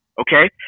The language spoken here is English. okay